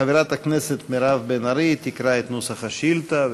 חברת הכנסת מירב בן ארי תקרא את נוסח השאילתה,